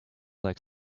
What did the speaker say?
like